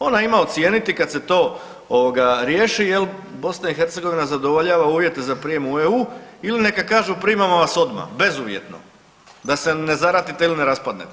Ona ima ocijeniti kad se to riješ jel BiH zadovoljava uvjete za prijem u EU ili neka kažu primamo vas odmah, bezuvjetno da se ne zaratite ili ne raspadnete.